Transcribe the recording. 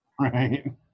right